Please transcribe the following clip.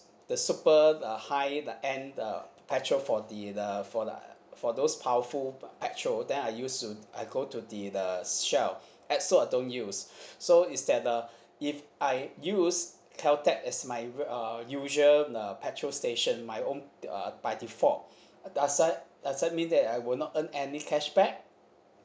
the super the high the end the petrol for the the for the for those powerful petrol then I use to I go to the the shell esso I don't use so is that uh if I use caltex as my uh usual the petrol station my own uh by default does the does that mean that I will not earn any cashback